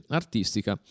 artistica